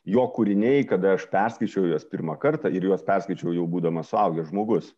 jo kūriniai kada aš perskaičiau juos pirmą kartą ir juos perskaičiau jau būdamas suaugęs žmogus